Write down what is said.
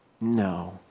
No